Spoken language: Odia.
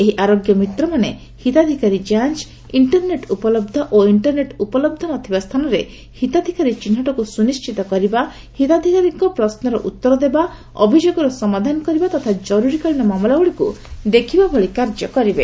ଏହି ଆରୋଗ୍ୟ ମିତ୍ର ମାନେ ହିତାଧିକାରୀ ଜାଂଚ ଇଂଟରନେଟ ଉପଲହ ଓ ଇଂଟରନେଟ ଉପଲହ ନ ଥିବା ସ୍କିତିରେ ହିତାଧିକାରୀ ଚିହ୍ନଟକୁ ସୁନିଶ୍ବିତ କରିବା ହିତାଧିକାରୀଙ୍କ ପ୍ରଶ୍ୱର ଉତର ଦେବା ଅଭିଯୋଗର ସମାଧାନ କରିବା ତଥା ଜରୁରୀକାଳୀନ ମାମଲା ଗୁଡିକୁ ଦେଖିବା ଭଳି କାମ କରିବେ